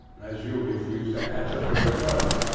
as you refuse to answer for yourself.